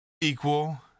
Equal